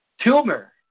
tumor